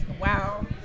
Wow